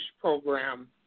program